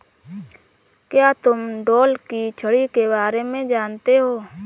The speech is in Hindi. क्या तुम ढोल की छड़ी के बारे में जानते हो?